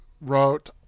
wrote